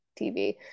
tv